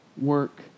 work